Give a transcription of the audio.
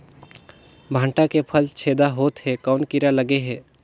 भांटा के फल छेदा होत हे कौन कीरा लगे हे?